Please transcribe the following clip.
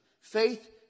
Faith